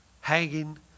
hanging